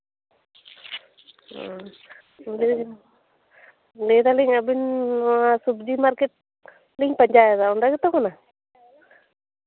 ᱚ ᱞᱟᱹᱭ ᱮᱫᱟᱹᱞᱤᱧ ᱟᱵᱤᱱ ᱱᱚᱶᱟ ᱥᱚᱵᱽᱡᱤ ᱢᱟᱨᱠᱮᱴ ᱞᱤᱧ ᱯᱟᱸᱡᱟᱭᱮᱫᱟ ᱚᱸᱰᱮ ᱜᱮᱛᱚ ᱠᱟᱱᱟ